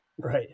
Right